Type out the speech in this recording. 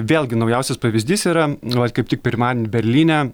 vėlgi naujausias pavyzdys yra vat kaip tik pirmadienį berlyne